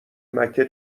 مکه